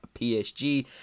PSG